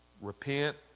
Repent